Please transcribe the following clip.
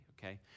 okay